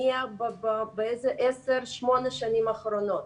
בשמונה-עשר השנים האחרונות